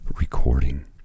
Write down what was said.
recording